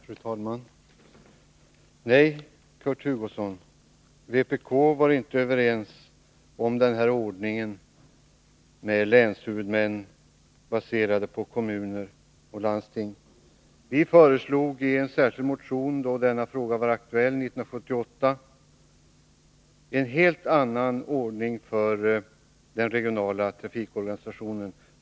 Fru talman! Nej, Kurt Hugosson, vpk var inte överens om den här ordningen med länshuvudmän, baserad på kommuner och landsting. Vi föreslog i en särskild motion då denna fråga var aktuell 1978 en helt annan ordning för den regionala trafikorganisationen.